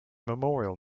memorial